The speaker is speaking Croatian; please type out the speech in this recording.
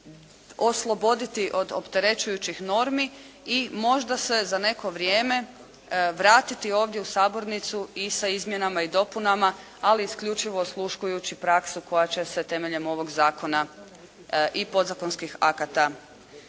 osloboditi od opterećujućih normi i možda se za neko vrijeme vratiti ovdje u sabornicu i sa izmjenama i dopunama ali isključivo osluškujući praksu koja će se temeljem ovog zakona i podzakonskih akata